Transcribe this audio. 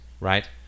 right